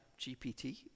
GPT